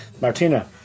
Martina